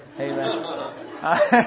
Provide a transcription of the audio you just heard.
Amen